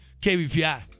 KBPI